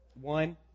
One